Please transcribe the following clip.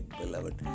beloved